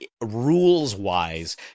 rules-wise